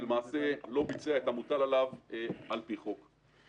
ולמעשה לא ביצע את המוטל עליו על פי חוק.